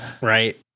right